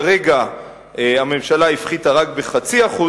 כרגע הממשלה הפחיתה רק ב-0.5%,